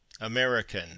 American